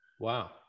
wow